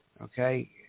Okay